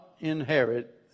inherit